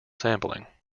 sampling